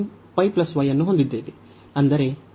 ನಾವು ಅನ್ನು ಹೊಂದಿದ್ದೇವೆ ಅಂದರೆ ಮತ್ತು ಇತರ n ಗೆ